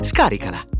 Scaricala